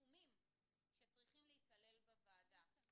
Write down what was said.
תכף נשאל את משרד החינוך למה אנחנו מבקשים כוועדה ייצוג